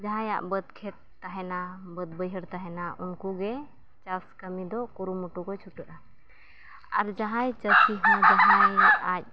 ᱡᱟᱦᱟᱸᱭᱟᱜ ᱵᱟᱹᱫᱽᱼᱠᱷᱮᱛ ᱛᱟᱦᱮᱱᱟ ᱵᱟᱹᱫᱽ ᱵᱟᱹᱭᱦᱟᱹᱲ ᱩᱱᱠᱚᱜᱮ ᱪᱟᱥ ᱠᱟᱹᱢᱤᱫᱚ ᱠᱩᱨᱩᱢᱩᱴᱩᱠᱚ ᱪᱷᱩᱴᱟᱹᱜᱼᱟ ᱟᱨ ᱡᱟᱦᱟᱸᱭ ᱪᱟᱹᱥᱤᱦᱚᱸ ᱡᱟᱦᱟᱸᱭ ᱟᱡ